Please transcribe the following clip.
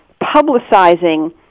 publicizing